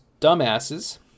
dumbasses